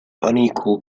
unequal